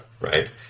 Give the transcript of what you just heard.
right